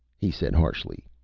he said harshly.